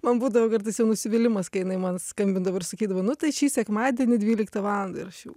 man būdavo kartais jau nusivylimas kai jinai man skambindavo ir sakydavo nu tai šį sekmadienį dvyliktą valandą ir aš jau